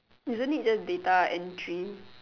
isn't it just data entry